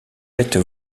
l’êtes